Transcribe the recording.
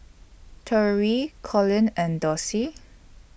Torey Colin and Dossie